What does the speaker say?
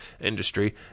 industry